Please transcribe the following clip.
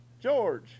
George